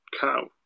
cow